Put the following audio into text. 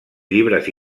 llibres